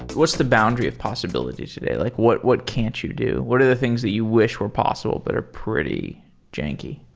what's the boundary of possibilities today? like what what can't you do? what are the things that you wish were possible but are pretty jenky?